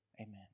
amen